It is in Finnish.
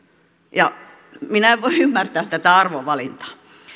ja minä en voi ymmärtää tätä arvovalintaa